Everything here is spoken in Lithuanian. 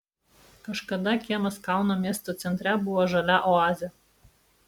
kažkada kiemas kauno miesto centre buvo žalia oazė